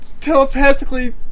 telepathically